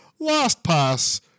LastPass